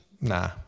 Nah